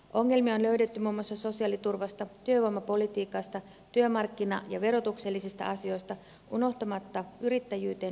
ongelmia on löydetty muun muassa sosiaaliturvasta työvoimapolitiikasta työmarkkina ja verotuksellisista asioista unohtamatta yrittäjyyteen liittyviä ongelmia